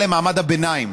למעמד הביניים,